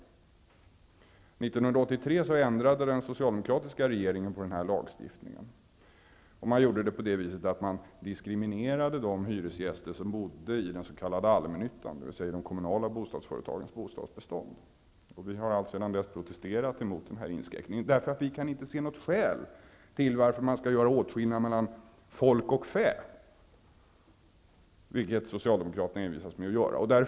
1983 ändrade den socialdemokratiska regeringen på den här lagstiftningen och diskriminerade de hyresgäster som bor i den s.k. allmännyttan, dvs. i de kommunala bostadsföretagens bostadsbestånd. Vi har alltsedan dess protesterat mot den inskränkningen, därför att vi inte kan se något skäl till att göra åtskillnad mellan folk och fä, vilket Socialdemokraterna envisas med att göra.